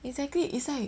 exactly it's like